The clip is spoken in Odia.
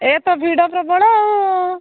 ଏ ତ ଭିଡ଼ ପ୍ରବଳ ଆଉ